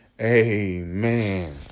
amen